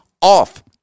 off